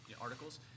articles